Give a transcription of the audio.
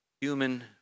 Human